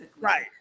right